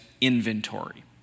inventory